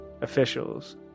officials